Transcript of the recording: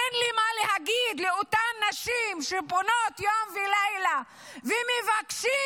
אין לי מה להגיד לאותן נשים שפונות יום ולילה ומבקשות: